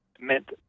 meant